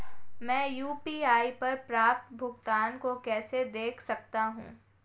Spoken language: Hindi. मैं यू.पी.आई पर प्राप्त भुगतान को कैसे देख सकता हूं?